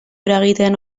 eragiten